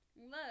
Look